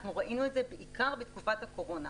ראינו את זה בעיקר בתקופת הקורונה.